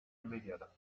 immediata